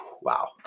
Wow